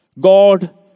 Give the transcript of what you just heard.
God